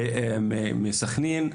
וגם מסכנין.